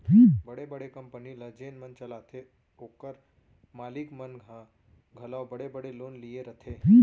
बड़े बड़े कंपनी ल जेन मन चलाथें ओकर मालिक मन ह घलौ बड़े बड़े लोन लिये रथें